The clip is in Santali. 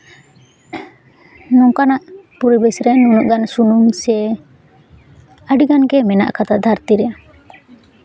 ᱱᱚᱝᱠᱟᱱᱟᱜ ᱯᱚᱨᱤᱵᱮᱥ ᱨᱮ ᱱᱩᱱᱟᱹᱜ ᱜᱟᱱ ᱥᱩᱱᱩᱢ ᱥᱮ ᱟᱹᱰᱤᱜᱟᱱ ᱜᱮ ᱢᱮᱱᱟᱜ ᱟᱠᱟᱫᱟ ᱫᱷᱟᱹᱨᱛᱤ ᱨᱮ